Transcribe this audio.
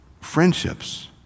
friendships